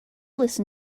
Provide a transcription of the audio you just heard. listen